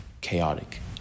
chaotic